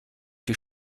die